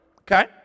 okay